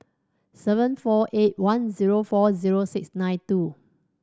seven four eight one zero four zero six nine two